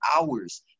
hours